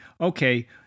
okay